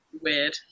weird